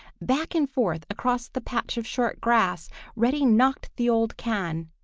back and forth across the patch of short grass reddy knocked the old can,